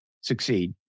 succeed